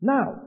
Now